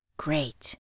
great